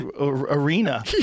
arena